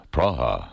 Praha